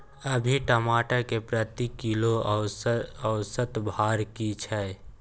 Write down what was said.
अभी टमाटर के प्रति किलो औसत भाव की छै?